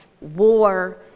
war